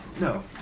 No